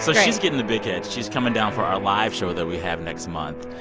so she's getting a big head. she's coming down for our live show that we have next month.